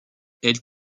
elle